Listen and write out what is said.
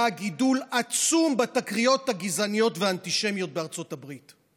היה גידול עצום בתקריות הגזעניות והאנטישמיות בארצות הברית.